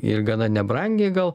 ir gana nebrangiai gal